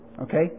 Okay